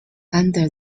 under